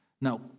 Now